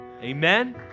Amen